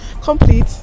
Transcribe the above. Complete